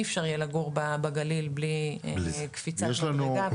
אי אפשר יהיה לגור בגליל בלי קפיצת מדרגה.